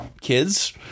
kids